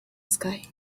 sky